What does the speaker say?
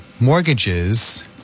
mortgages